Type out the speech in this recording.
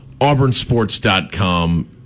AuburnSports.com